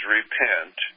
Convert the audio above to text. repent